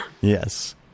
Yes